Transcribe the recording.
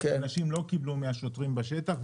שאנשים לא קיבלו מהשוטרים בשטח,